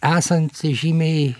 esant žymiai